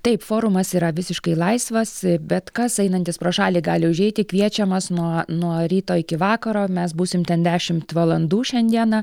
taip forumas yra visiškai laisvas bet kas einantis pro šalį gali užeiti kviečiamas nuo nuo ryto iki vakaro mes būsim ten dešimt valandų šiandieną